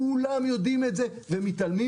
כולם יודעים את זה ומתעלמים,